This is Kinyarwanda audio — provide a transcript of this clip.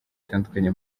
batandukanye